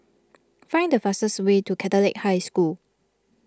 find the fastest way to Catholic High School